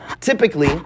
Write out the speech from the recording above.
typically